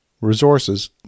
Resources